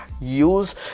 use